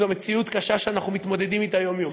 זו מציאות קשה שאנחנו מתמודדים אתה יום-יום.